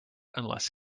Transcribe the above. unless